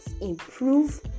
improve